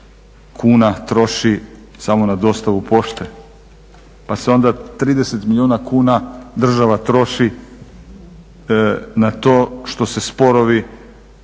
kuna troši samo na dostavu pošte pa se onda 30 milijuna kuna država troši na to što sporovi